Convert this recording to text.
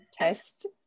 Test